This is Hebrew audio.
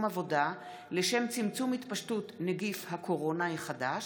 עבודה לשם צמצום התפשטות נגיף הקורונה החדש)